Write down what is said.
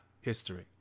history